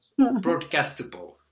broadcastable